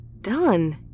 done